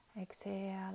exhale